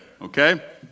okay